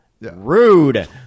Rude